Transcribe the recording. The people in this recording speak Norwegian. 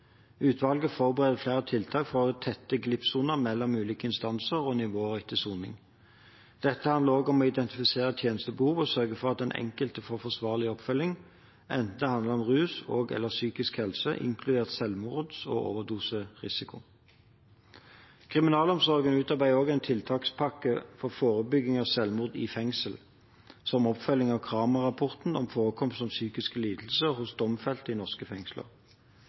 Utvalget forbereder flere tiltak for å tette glippsoner mellom ulike instanser og nivåer etter soning. Dette handler også om å identifisere tjenestebehov og sørge for at den enkelte får forsvarlig oppfølging, enten det handler om rus og/eller psykisk helse, inkludert selvmords- og overdoserisiko. Kriminalomsorgen utarbeider også en tiltakspakke for forebygging av selvmord i fengsel som oppfølging av Cramer-rapporten om forekomst av psykiske lidelser hos domfelte i norske fengsler.